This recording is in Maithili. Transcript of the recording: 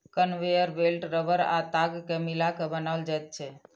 कन्वेयर बेल्ट रबड़ आ ताग के मिला के बनाओल जाइत छै